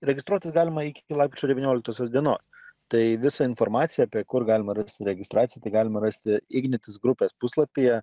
registruotis galima iki lapkričio devynioliktosios dienos tai visą informaciją apie kur galima rasti registraciją tai galima rasti ignitis grupės puslapyje